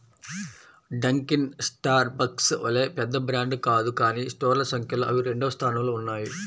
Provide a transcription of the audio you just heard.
Dunkin Starbucks వలె పెద్ద brand కాదు కానీ స్టోర్ల సంఖ్యలో అవి రెండవ స్థానంలో ఉన్నాయి